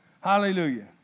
Hallelujah